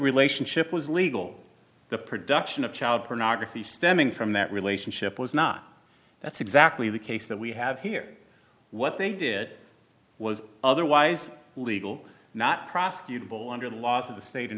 relationship was legal the production of child pornography stemming from that relationship was not that's exactly the case that we have here what they did was otherwise legal not prosecutable under the laws of the state in